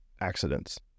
accidents